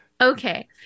Okay